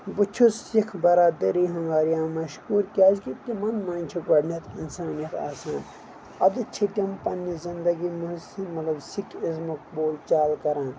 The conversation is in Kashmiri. بہٕ چھُس سکھ برادٔری ہُنٛد واریاہ مشغوٗر کیٛازِ کہِ تِمن منٛز چھِ گۄڈٕنٮ۪تھ انسٲنٮ۪ت آسان ادٕ چھِ تِم پننہِ زندگی منٛز مطلب سکھ اِزمُک بول چال کران